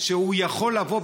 שהוא יכול לבוא,